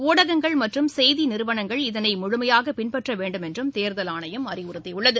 உடகங்கள் மற்றும் செய்தி நிறுவனங்கள் இதனை முழுமையாக பின்பற்ற வேண்டுமென்றும் தேர்தல் ஆணையம் அறிவுறுத்தியுள்ளது